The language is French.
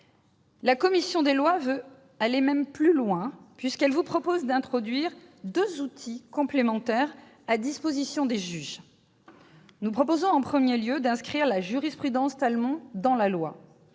La commission des lois veut même aller plus loin, puisqu'elle propose d'introduire deux outils complémentaires à la disposition des juges. Nous proposons, en premier lieu, d'inscrire la jurisprudence dans la loi.